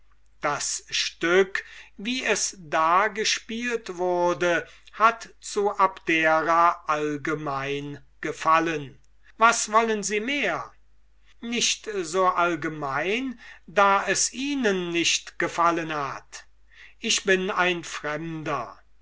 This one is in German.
das stück wie es da gespielt worden hat zu abdera allgemein gefallen was wollen sie mehr nicht so allgemein da es ihnen nicht gefallen hat ich bin ein fremderfremd